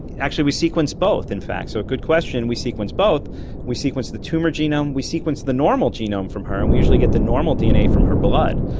actually we sequenced both in fact. so, good question, we sequenced both we sequenced the tumour genome, we sequenced the normal genome from her and we usually get the normal dna from her blood,